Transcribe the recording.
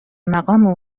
مقام